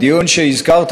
הדיון שהזכרת,